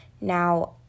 Now